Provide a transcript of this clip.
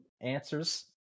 Answers